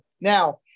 now